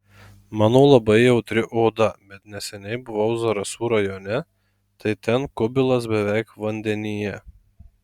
mano labai jautri oda bet neseniai buvau zarasų rajone tai ten kubilas beveik vandenyje